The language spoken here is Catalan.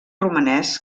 romanès